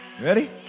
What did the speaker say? Ready